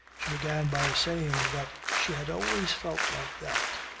she began by saying that she had always felt like that.